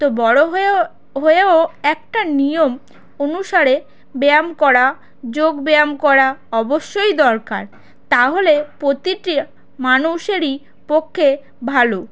তো বড়ো হয়েও হয়েও একটা নিয়ম অনুসারে ব্যায়াম করা যোগ ব্য়ায়াম করা অবশ্যই দরকার তাহলে প্রতিটি মানুষেরই পক্ষে ভালো